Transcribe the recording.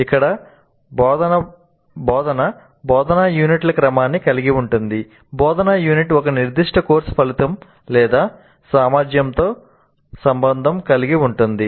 ఇక్కడ బోధన బోధనా యూనిట్ల క్రమాన్ని కలిగి ఉంటుంది బోధనా యూనిట్ ఒక నిర్దిష్ట కోర్సు ఫలితం లేదా సామర్థ్యంతో సంబంధం కలిగి ఉంటుంది